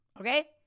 Okay